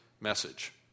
message